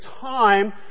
time